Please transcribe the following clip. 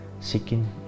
seeking